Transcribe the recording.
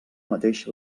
mateix